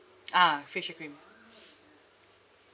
ah facial cream